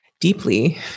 deeply